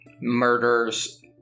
murders